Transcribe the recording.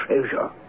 treasure